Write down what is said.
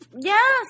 Yes